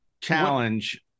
challenge